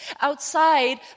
outside